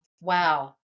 wow